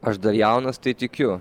aš dar jaunas tai tikiu